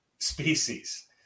species